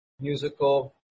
musical